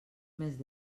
més